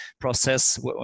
process